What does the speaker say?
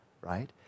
right